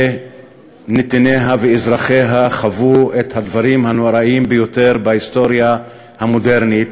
שנתיניה ואזרחיה חוו את הדברים הנוראים ביותר בהיסטוריה המודרנית,